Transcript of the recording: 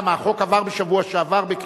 למה, החוק עבר בשבוע שעבר?